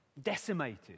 Decimated